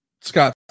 Scott